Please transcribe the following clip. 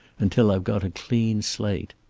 until i've got a clean slate.